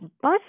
bus